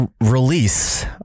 release